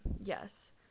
yes